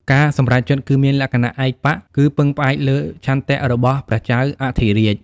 ការសម្រេចចិត្តគឺមានលក្ខណៈឯកបក្ស និងពឹងផ្អែកលើឆន្ទៈរបស់ព្រះចៅអធិរាជ។